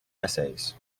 essays